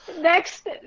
Next